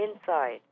inside